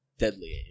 Deadly